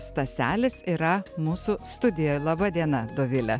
staselis yra mūsų studijoj laba diena dovile